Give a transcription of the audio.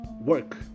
work